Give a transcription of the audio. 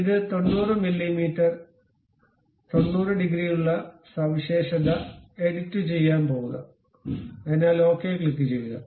അതിനാൽ ഇത് 90 millimetre 90 degree ഉള്ള സവിശേഷത എഡിറ്റുചെയ്യാൻ പോകുക അതിനാൽ ഓക്കേ ക്ലിക്കുചെയ്യുക